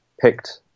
picked